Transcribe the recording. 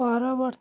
ପରବର୍ତ୍ତୀ